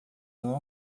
não